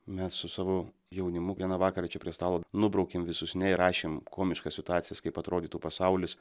mes su savo jaunimu vieną vakarą čia prie stalo nubraukėm visus ne ir rašėm komiškas situacijas kaip atrodytų pasaulis